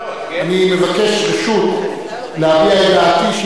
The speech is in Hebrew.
אני מבקש להביע את דעתי,